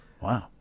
Wow